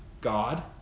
God